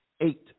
eight